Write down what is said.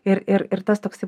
ir ir ir tas toksai